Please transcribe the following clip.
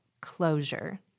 closure